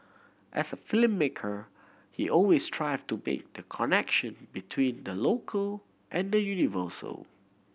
as a filmmaker he always strive to make the connection between the local and the universal